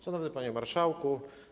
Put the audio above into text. Szanowny Panie Marszałku!